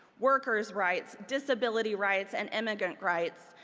worker's rights, disability rights, and immigrant rights,